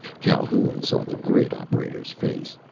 calhoun saw the grid operator's face.